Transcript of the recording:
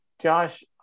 Josh